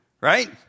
right